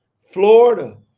Florida